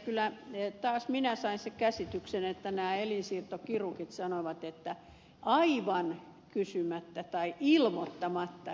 kyllä taas minä sain sen käsityksen että nämä elinsiirtokirurgit sanoivat että aivan kysymättä tai edes ilmoittamatta